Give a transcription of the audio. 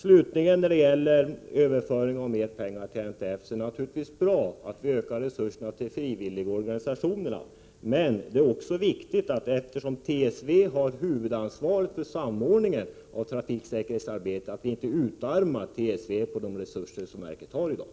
Slutligen beträffande mer pengar till NTF: Det är naturligtvis bra att öka resurserna för frivilligorganisationerna, men eftersom TSV har huvudansvaret för samordningen av trafiksäkerhetsarbetet är det viktigt att vi inte utarmar TSV på resurser som verket har i dag.